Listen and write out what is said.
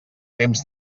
temps